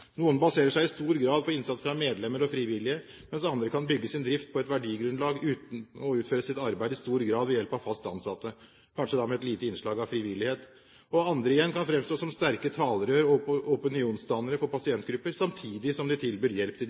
Noen baserer seg i stor grad på innsats fra medlemmer og frivillige, andre kan bygge sin drift på et verdigrunnlag og utføre sitt arbeid i stor grad ved hjelp av fast ansatte, kanskje med et lite innslag av frivillighet, og andre igjen kan framstå som sterke talerør og opinionsdannere for pasientgrupper samtidig som de tilbyr hjelp til